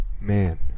Man